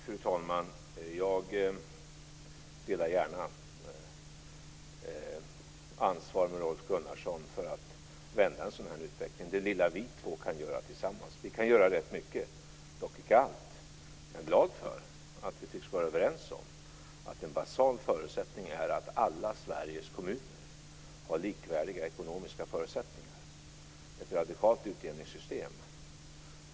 Fru talman! Jag delar gärna ansvaret med Rolf Gunnarsson för att vända en sådan här utveckling - det lilla som vi två tillsammans kan göra. Vi kan göra rätt mycket, dock icke allt. Men jag är glad över att vi tycks vara överens om att en basal förutsättning är att alla Sveriges kommuner har likvärdiga ekonomiska förutsättningar genom ett radikalt utjämningssystem.